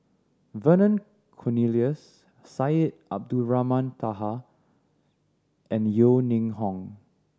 Vernon Cornelius Syed Abdulrahman Taha and Yeo Ning Hong